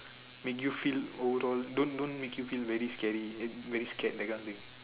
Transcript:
make you feel overall don't don't make you feel very scary very scared that kind of thing